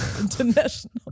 international